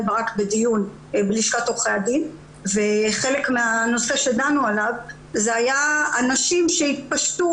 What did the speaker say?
ברק בדיון בלשכת עורכי הדין וחלק מהנושא עליו דנו היה אנשים שהתפשטו